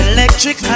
Electric